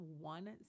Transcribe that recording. one